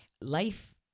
life